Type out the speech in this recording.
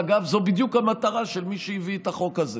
ואגב, זו בדיוק המטרה של מי שהביא את החוק הזה.